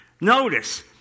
Notice